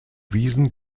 wiesen